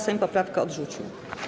Sejm poprawkę odrzucił.